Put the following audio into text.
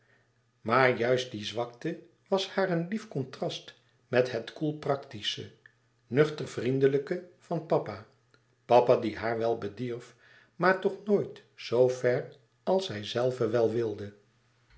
maar juist die zwakte was haar een lief contrast met het koel practische nuchter vriendelijke van papa papa die haar wel bedierf maar toch nooit zoo ver als zijzelve wel wilde